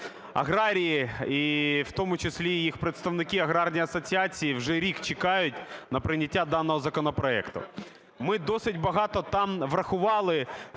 Аграрії, і в тому числі їх представники - аграрні асоціації, вже рік чекають на прийняття даного законопроекту. Ми досить багато там врахували,